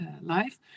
life